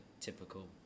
typical